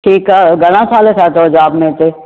ठीकु आहे घणा साल थिया अथव जॉब में हिते